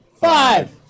five